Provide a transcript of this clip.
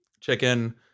chicken